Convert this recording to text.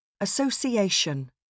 Association